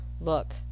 Look